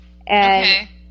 Okay